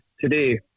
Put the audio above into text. today